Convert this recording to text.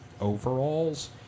overalls